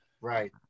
Right